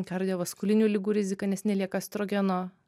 kardiovaskulinių ligų rizika nes nelieka estrogeno